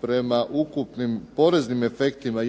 prema ukupnim poreznim efektima